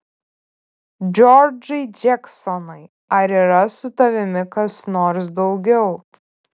džordžai džeksonai ar yra su tavimi kas nors daugiau